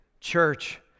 Church